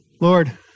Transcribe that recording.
Lord